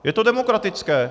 Je to demokratické.